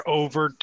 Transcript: over